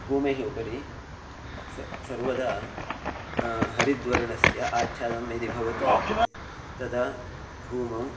भूमेः उपरि सा सर्वदा हरितवर्णस्य आच्छादनं यदि भवति तदा भूमौ